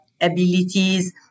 abilities